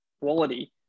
quality